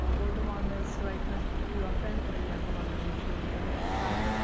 older one is right now at u of m and the younger one is at junior high.